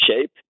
shape